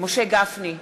משה גפני,